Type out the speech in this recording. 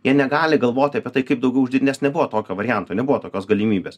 jie negali galvoti apie tai kaip daugiau nes nebuvo tokio varianto nebuvo tokios galimybės